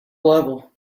level